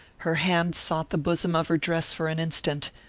her hand sought the bosom of her dress for an instant,